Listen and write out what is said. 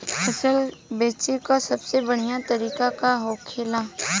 फसल बेचे का सबसे बढ़ियां तरीका का होखेला?